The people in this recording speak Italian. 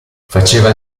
faceva